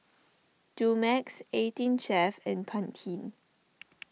Dumex eighteen Chef and Pantene